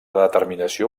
determinació